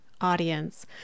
audience